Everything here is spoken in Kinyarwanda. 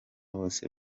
bose